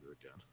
again